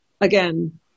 again